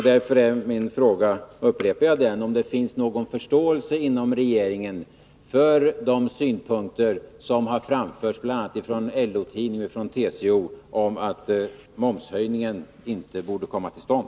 Därför är min fråga — jag upprepar den — om det inom regeringen finns någon förståelse för de synpunkter som har framförts bl.a. i LO-tidningen och från TCO och som går ut på att momshöjningen inte borde komma till stånd.